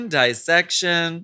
dissection